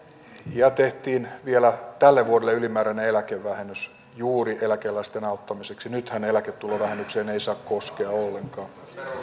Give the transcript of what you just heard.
ja tehtiin vielä tälle vuodelle ylimääräinen eläkevähennys juuri eläkeläisten auttamiseksi nythän eläketulovähennykseen ei saa koskea ollenkaan